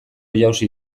jausi